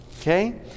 okay